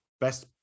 Best